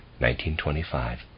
1925